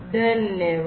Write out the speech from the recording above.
धन्यवाद